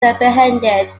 apprehended